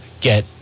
get